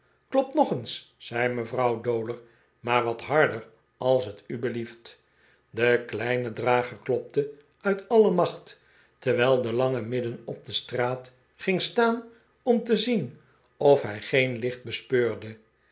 klop nog eens zei mevrouw dowler maar wat harder als t u blieft de kleine drager klopte uit alle macht terwijl de lange midden op de straat ging staan om te zien of hij geen licht bespeurde